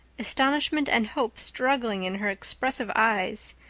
astonishment and hope struggling in her expressive eyes.